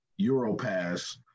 Europass